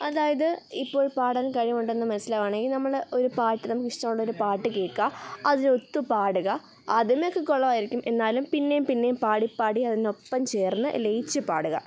അതായത് ഇപ്പോൾ പാടാൻ കഴിവുണ്ടെന്നു മനസ്സിലാകുകയാണെങ്കിൽ നമ്മൾ ഒരു പാട്ട് നമുക്ക് ഇഷ്ടമുള്ളൊരു പാട്ട് കേൾക്കുക അതിനൊത്തു പാടുക ആദ്യമൊക്കെ കുളമായിരിക്കും എന്നാലും പിന്നെയും പിന്നെയും പാടി പാടി അതിനൊപ്പം ചേർന്നു ലയിച്ചു പാടുക